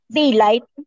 daylight